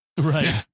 Right